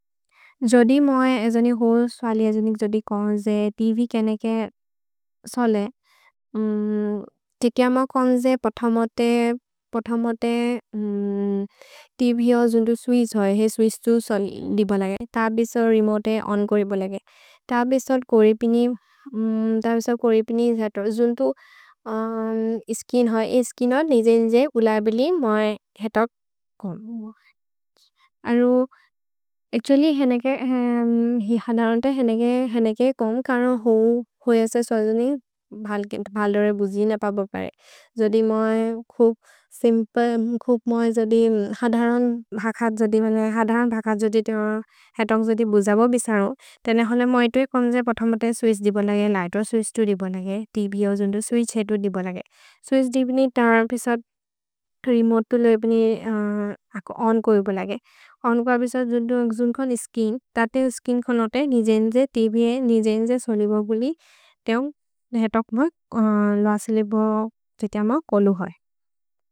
जोदि मोइ अजनि होस्वलि अजनिक् जोदि कोन्जे त्व् केनेके सले, तित्य म कोन्जे पथमोते त्व् जो जुन्तो स्विश् होइ हेइ स्विश् तु सलि बलगे तबिसोल् रेमोते ओन् कोरि बलगे। तबिसोल् कोरि पिनि, तबिसोल् कोरि पिनि जतो। जुन्तो स्किन् होइ, स्किन् हो निजेन् निजे उल बिलि मोइ जतो कोन्। अरु, अच्तुअल्ल्य् हेनेके, हि हधरन्ते हेनेके, हेनेके कोन्, करो होइ असे सोजोनि भल् दोरे बुजिन पबोबरे। जोदि मोइ खुब् सिम्प्ले, खुब् मोइ जोदि हधरन् भकत् जोदि, जोदि मेने हधरन् भकत् जोदि तेम हतोन्ग् जोदि बुजबो बिसरु, तेने होले मोइ तुइ कोन्जे पथमोते स्विश् दि बलगे, लिघ्त् जो स्विश् तु दि बलगे, त्व् जो जुन्तो स्विश् हेइ तु दि बलगे। स्विश् दि बिनि तबिसोल् रेमोते तुले बिनि अको ओन् कोइ बलगे। ओन् को अबिसोल् जुन्तो जुन्तो कोन् स्किन्, तते स्किन् कोनोते निजेन् जे त्व् हेइ, निजेन् जे सोलि बलि, ते उन् धेहेतक् मोइ लो असेले बो जति अम कोलु होइ।